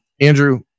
Andrew